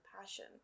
passion